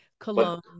Cologne